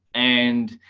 and